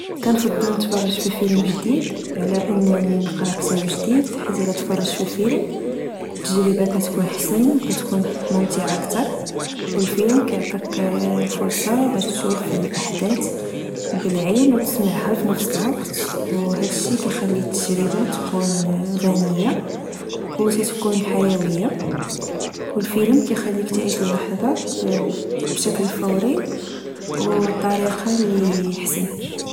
كنفضل نتفرج ففلم جديد على أنني نقرا كتاب جديد، حيت إلى تفرجت ففلم، التجربة كتكون حسن وممتعة كثر.و الفلم كيعطيك الفرصة باس تشوف الأحدات بلعين، وتسمعها في نفس الوقت، وهاد الشي كيخلي التجربة تكون غنية، وكتكون حيوية.و الفلم كيخليك تعيش اللحظة بشكل فوري وطريقة لي حسن